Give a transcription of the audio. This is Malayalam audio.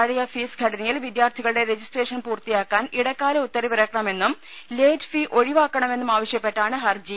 പഴയ ഫീസ് ഘടനയിൽ വിദ്യാർത്ഥികളുടെ രജിസ്ട്രേ ഷൻ പൂർത്തിയാക്കാൻ ഇടക്കാല ഉത്തരവിറക്കണമെന്നും ലേറ്റ് ഫീ ഒഴിവാക്കണമെന്നും ആവശ്യപ്പെട്ടാണ് ഹർജി